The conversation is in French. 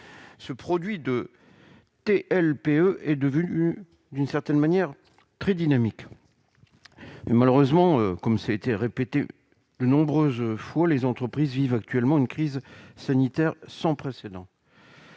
ce produit de TLPE est devenue d'une certaine manière, très dynamique, mais malheureusement, comme ça a été répété de nombreuses fois les entreprises vivent actuellement une crise sanitaire sans précédent.